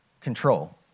control